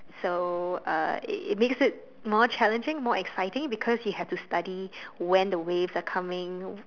so uh it it makes it more challenging more exciting because you have to study when the waves are coming